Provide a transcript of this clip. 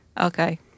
Okay